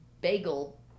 bagel